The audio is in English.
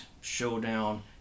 Showdown